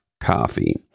coffee